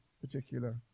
particular